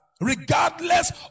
regardless